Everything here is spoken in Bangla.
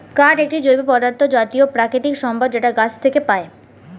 কাঠ একটি জৈব পদার্থ জাতীয় প্রাকৃতিক সম্পদ যেটা গাছ থেকে পায়